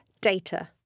data